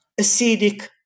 acidic